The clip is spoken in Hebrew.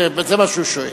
זה מה שהוא שואל.